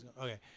Okay